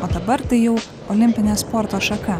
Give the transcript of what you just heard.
o dabar tai jau olimpinė sporto šaka